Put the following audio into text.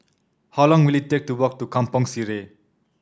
how long will it take to walk to Kampong Sireh